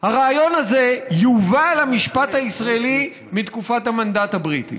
הרעיון הזה יובא למשפט הישראלי בתקופת המנדט הבריטי.